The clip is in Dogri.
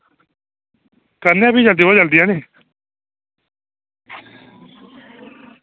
करनेआं फ्ही जल्दी कोला जल्दी हैनी